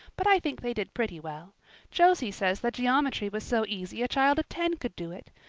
but i think they did pretty well josie says the geometry was so easy a child of ten could do it!